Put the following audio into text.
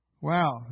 Wow